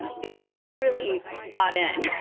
um because he really bought in.